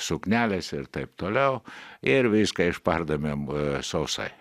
suknelės ir taip toliau ir viską išpardavėm sausai